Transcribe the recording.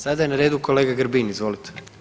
Sada je na redu kolega Grbin, izvolite.